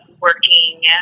working